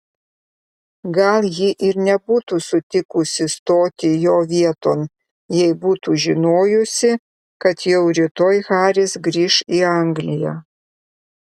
gal ji ir nebūtų sutikusi stoti jo vieton jei būtų žinojusi kad jau rytoj haris grįš į angliją